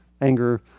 anger